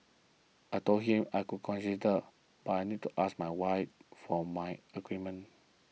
I told him I would consider but I need to ask my wife for my agreement